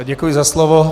Děkuji za slovo.